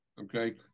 Okay